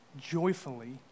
joyfully